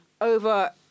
Over